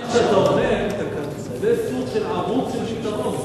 מה שאתה אומר זה סוג של ערוץ של פתרון.